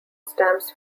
stamps